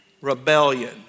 rebellion